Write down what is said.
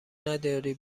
نداری